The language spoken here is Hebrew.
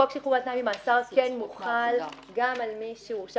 חוק שחרור על תנאי ממאסר כן מוחל גם על מי שהורשע